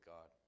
God